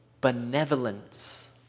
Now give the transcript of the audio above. benevolence